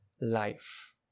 life